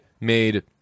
made